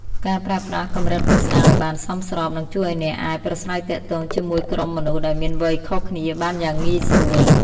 ការប្រើប្រាស់កម្រិតភាសាឱ្យបានសមស្របនឹងជួយឱ្យអ្នកអាចប្រាស្រ័យទាក់ទងជាមួយក្រុមមនុស្សដែលមានវ័យខុសគ្នាបានយ៉ាងងាយស្រួល។